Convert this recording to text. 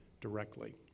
directly